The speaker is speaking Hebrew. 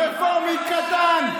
רפורמי קטן.